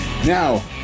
Now